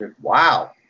Wow